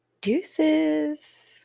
Deuces